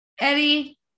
Eddie